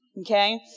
okay